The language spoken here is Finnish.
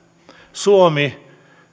suomi